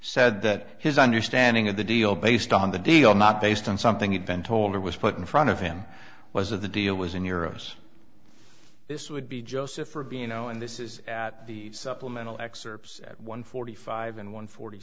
said that his understanding of the deal based on the deal not based on something he'd been told or was put in front of him was of the deal was in your office this would be joseph for being no and this is at the supplemental excerpts at one forty five and one forty